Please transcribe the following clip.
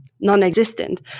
non-existent